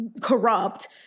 corrupt